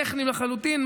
טכניים לחלוטין,